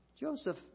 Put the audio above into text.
Joseph